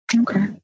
Okay